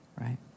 Right